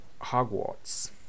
Hogwarts